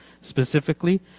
specifically